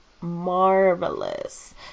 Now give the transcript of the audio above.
marvelous